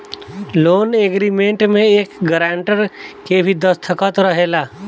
loan agreement में एक grantor के भी दस्तख़त रहेला